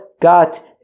got